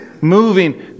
Moving